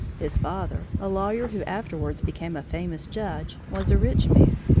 his father, a lawyer who afterwards became a famous judge, was a rich man,